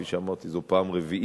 כפי שאמרתי, זו פעם רביעית